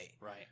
right